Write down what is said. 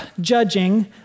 judging